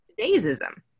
today'sism